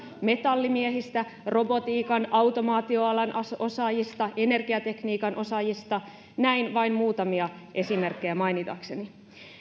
metallimiehistä robotiikan automaatioalan osaajista energiatekniikan osaajista näin vain muutamia esimerkkejä mainitakseni